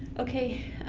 okay,